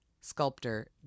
sculptor